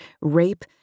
rape